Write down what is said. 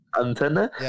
antenna